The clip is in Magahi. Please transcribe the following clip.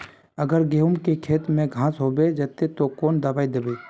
अगर गहुम के खेत में घांस होबे जयते ते कौन दबाई दबे?